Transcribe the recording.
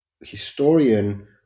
historian